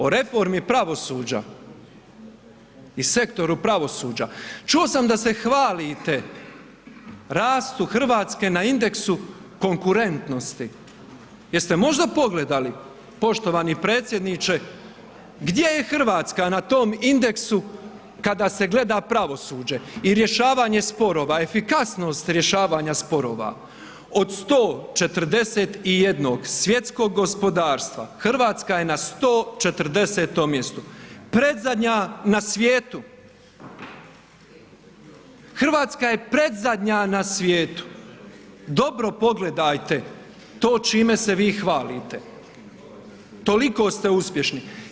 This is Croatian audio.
O reformi pravosuđa i sektoru pravosuđa, čuo sam da se hvalite rastu RH na indeksu konkurentnosti, jeste možda pogledali poštovani predsjedniče gdje je RH na tom indeksu kada se gleda pravosuđe i rješavanje sporova, efikasnost rješavanja sporova, od 141 svjetskog gospodarstva, RH je na 140 mjestu, predzadnja na svijetu, RH je predzadnja na svijetu, dobro pogledajte to čime se vi hvalite, toliko ste uspješni.